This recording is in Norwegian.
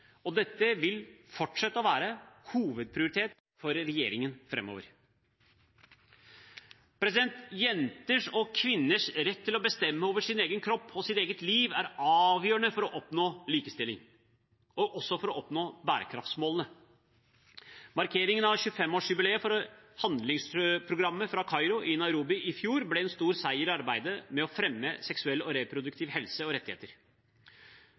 og dette vil fortsette å være hovedprioritet for regjeringen framover. Jenters og kvinners rett til å bestemme over sin egen kropp og sitt eget liv er avgjørende for å oppnå likestilling og også for å oppnå bærekraftsmålene. Markeringen av 25-årsjubileet for handlingsprogrammet fra Kairo i Nairobi i fjor ble en stor seier i arbeidet med å fremme seksuell og reproduktiv helse og rettigheter,